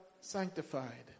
sanctified